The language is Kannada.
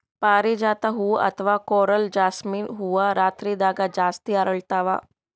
ಪಾರಿಜಾತ ಹೂವಾ ಅಥವಾ ಕೊರಲ್ ಜಾಸ್ಮಿನ್ ಹೂವಾ ರಾತ್ರಿದಾಗ್ ಜಾಸ್ತಿ ಅರಳ್ತಾವ